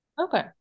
okay